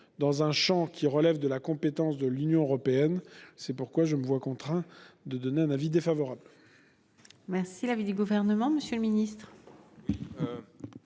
donc d'un champ de compétence de l'Union européenne. C'est pourquoi je me vois contraint de donner un avis défavorable.